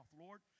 Lord